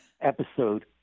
episode